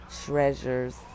treasures